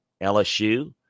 LSU